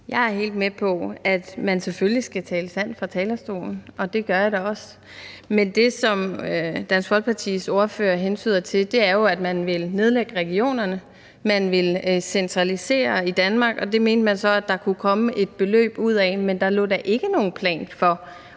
Jeg er helt med på, at man selvfølgelig skal tale sandt fra talerstolen, og det gør jeg da også. Men det, som Dansk Folkepartis ordfører hentyder til, er jo, at man ville nedlægge regionerne, man ville centralisere i Danmark, og det mente man så at der kunne komme et beløb ud af. Men der lå da ikke nogen plan for